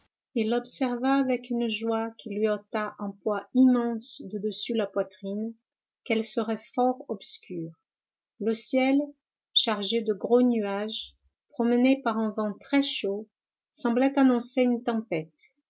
il observa avec une joie qui lui ôta un poids immense de dessus la poitrine qu'elle serait fort obscure le ciel chargé de gros nuages promenés par un vent très chaud semblait annoncer une tempête